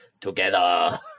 together